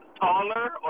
taller